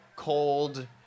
Cold